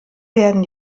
werden